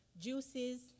juices